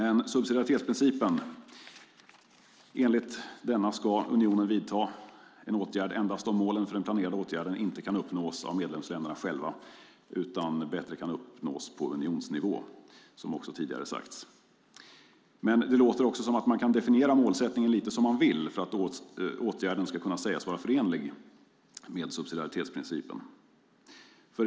Enligt subsidiaritetsprincipen ska unionen vidta en åtgärd endast om målen för den planerade åtgärden inte kan uppnås av medlemsländerna själva, utan bättre kan uppnås på unionsnivå. Det låter som att man kan definiera målsättningen lite som man vill för att åtgärden ska kunna sägas vara förenlig med subsidiaritetsprincipen.